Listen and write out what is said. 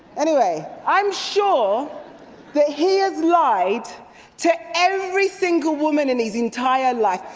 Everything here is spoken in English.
anyway! i am sure that he has lied to every single woman in his entire life!